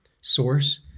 Source